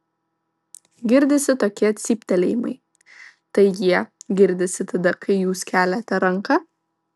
girdisi tokie cyptelėjimai tai jie girdisi tada kai jūs keliate ranką